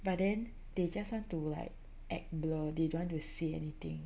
but then they just want to like act blur they don't want to say anything